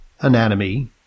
anatomy